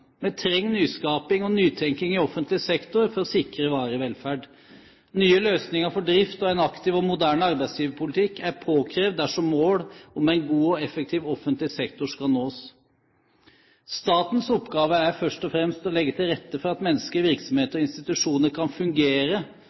Vi trenger nyskaping og nytenkning i offentlig sektor for å sikre varig velferd. Nye løsninger for drift og en aktiv og moderne arbeidsgiverpolitikk er påkrevd dersom målet om en god og effektiv offentlig sektor skal nås. Statens oppgave er først og fremst å legge til rette for at mennesker, virksomheter og institusjoner kan fungere